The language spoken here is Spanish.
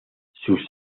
sus